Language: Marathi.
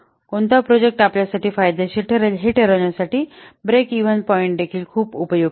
कोणता प्रोजेक्ट आपल्यासाठी फायदेशीर ठरेल हे ठरवण्यासाठी ब्रेकइव्हन पॉईंट देखील खूप उपयुक्त आहे